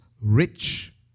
rich